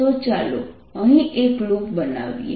તો ચાલો અહીં એક લૂપ બનાવીએ